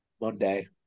Monday